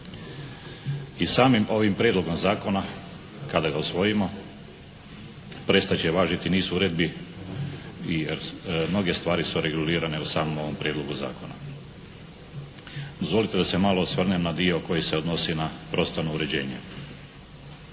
I samim ovim Prijedlogom zakona kada ga usvojimo prestat će važiti niz uredbi i jer mnoge stvari su regulirane u samom ovom Prijedlogu zakona. Dozvolite da se malo osvrnem na dio koji se odnosi na prostorno uređenje.